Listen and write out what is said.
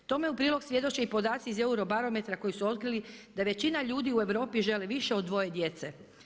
Tome u prilog svjedoče i podaci iz euro barometra koji su otkrili da većina ljudi u Europi žele više od 2 djece.